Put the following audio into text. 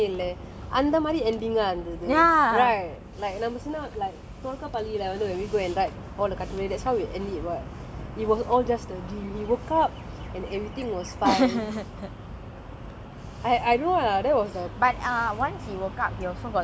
இதெல்லாம் ஒரு:idellam oru dream மட்டும் தான் வேற ஒண்ணுமே இல்ல அந்த மாறி:mattum thaaan vera onnume illa antha maari ending ah இருந்துது:irunthuthu right like நம்ம சின்ன வாக்குல தொல்கா பள்ளியில வந்து:namma sinna vaakkula tholka palliyila vanthu we go and write all the கட்டுரை:katturai that's how we end it [what] it was all just a dream he woke up and everything was fine I I don't know lah that was the